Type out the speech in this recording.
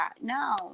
No